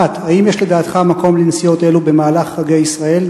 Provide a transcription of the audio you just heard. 1. האם יש לדעתך מקום לנסיעות אלו במהלך חגי ישראל,